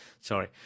sorry